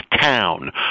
Town